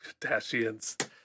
Kardashians